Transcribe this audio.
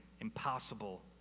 impossible